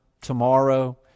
tomorrow